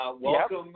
Welcome